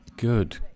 Good